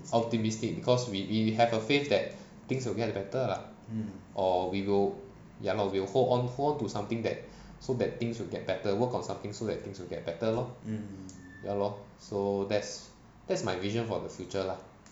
optimistic because we we have a faith that things will get better lah or we will ya lor we will hold on hold to something that so that things will get better work on something so that things will get better lor ya lor so that's that's my vision for the future lah